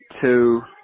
two